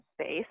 space